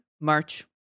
March